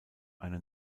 eine